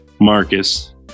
Marcus